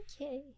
Okay